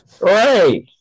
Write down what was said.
Right